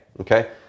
okay